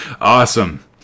Awesome